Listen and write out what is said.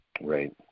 right